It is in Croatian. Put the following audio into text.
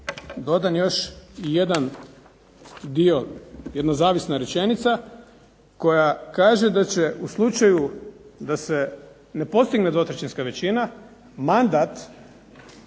dodan još jedan dio, jedna zavisna rečenica koja kaže da će u slučaju da se ne postigne dvotrećinska većina, mandat